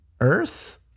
Earth